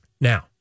Now